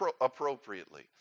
appropriately